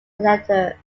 editor